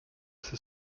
ses